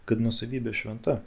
kad nuosavybė šventa